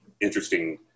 interesting